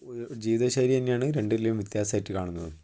ജീവിത ശൈലി തന്നെയാണ് രണ്ടിലും വ്യത്യാസായിട്ട് കാണുന്നത്